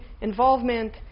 involvement